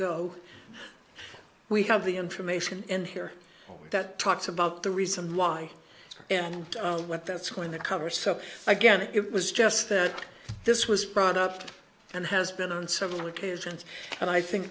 go we have the information in here that talks about the reason why and what that's going to cover so again it was just that this was brought up and has been on several occasions and i think